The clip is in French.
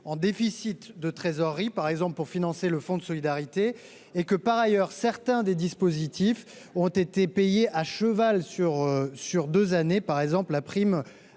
en déficit de trésorerie, par exemple pour financer le fonds de solidarité. En outre, certains des dispositifs ont été payés à cheval sur deux années, comme la prime